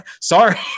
Sorry